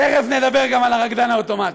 תכף נדבר גם על הרקדן האוטומטי.